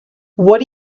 what